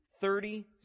thirty